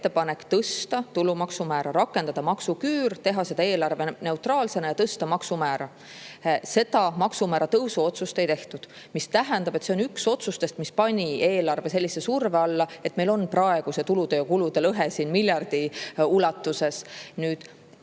ettepanek tõsta tulumaksu määra, et rakendada maksuküüru eelarveneutraalsena, tõstes maksumäära. Maksumäära tõusu otsust ei tehtud, mis tähendab, et see on üks otsustest, mis pani eelarve sellise surve alla, et meil on praegu tulude ja kulude lõhe miljardi ulatuses. Nüüd,